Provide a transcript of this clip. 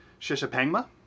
Shishapangma